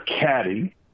caddy